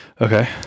Okay